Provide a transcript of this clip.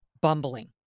bumbling